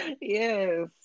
yes